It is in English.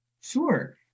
Sure